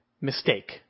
mistake